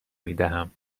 میدهم